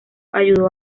ayudó